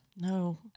No